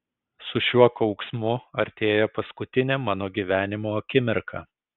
su šiuo kauksmu artėja paskutinė mano gyvenimo akimirka